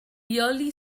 yearly